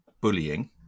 bullying